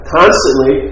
constantly